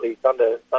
Thunder